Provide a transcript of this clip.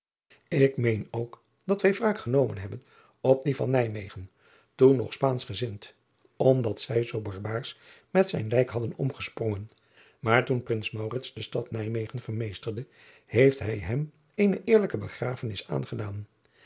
k meen ook dat wij wraak ge driaan oosjes zn et leven van aurits ijnslager nomen hebben op die van ijmegen toen nog paanschgezind omdat zij zoo barbaars met zijn lijk hadden omgesprongen maar toen rins de stad ijmegen vermeesterde heeft hij hem eene eerlijke begrafenis aangedaan